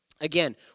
Again